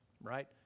right